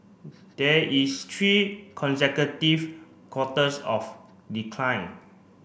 there is consecutive quarters of decline